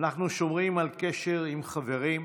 אנחנו שומרים על קשר עם חברים,